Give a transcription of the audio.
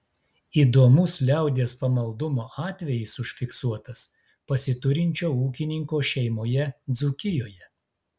įdomus liaudies pamaldumo atvejis užfiksuotas pasiturinčio ūkininko šeimoje dzūkijoje